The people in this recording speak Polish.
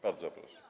Bardzo proszę.